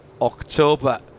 October